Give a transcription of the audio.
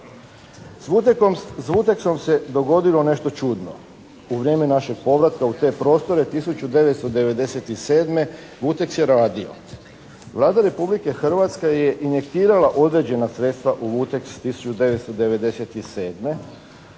S "Vuteksom" se dogodilo nešto čudno. U vrijeme našeg povratka u te prostore 1997. "Vuteks" je radio. Vlada Republike Hrvatske je injektirala određena sredstva u "Vuteks" 1997.,